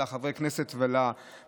לחברי הכנסת ולמסתייגים,